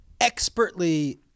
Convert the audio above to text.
Expertly